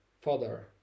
Father